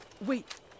Wait